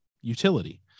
utility